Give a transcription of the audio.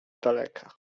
daleka